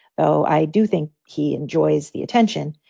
though. i do think he enjoys the attention,